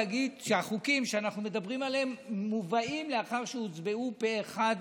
שהחוקים שאנחנו מדברים עליהם מובאים לאחר שהוצבעו פה אחד